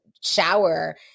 shower